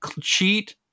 cheat